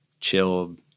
chilled